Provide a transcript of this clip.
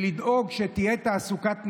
לדאוג שצריך שתהיה תעסוקת נשים,